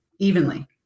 evenly